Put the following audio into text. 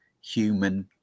human